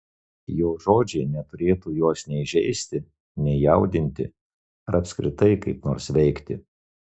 jo žodžiai neturėtų jos nei žeisti nei jaudinti ar apskritai kaip nors veikti